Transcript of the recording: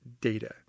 data